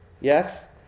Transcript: yes